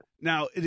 now